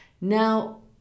now